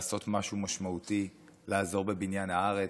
לעשות משהו משמעותי ולעזור בבניין הארץ.